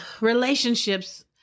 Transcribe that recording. relationships